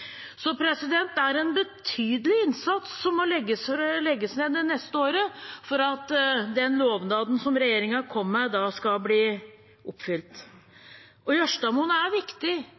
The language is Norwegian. Så det er en betydelig innsats som må legges ned det neste året for at den lovnaden som regjeringen kom med, skal bli oppfylt. Jørstadmoen er viktig